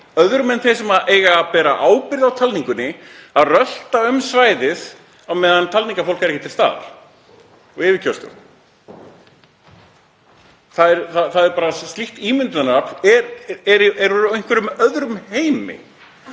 öðrum en þeim sem á að bera ábyrgð á talningunni, að rölta um svæðið á meðan talningarfólk er ekki til staðar og yfirkjörstjórn. Slíkt ímyndunarafl er úr einhverjum öðrum heimi.